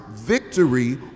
victory